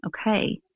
okay